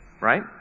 Right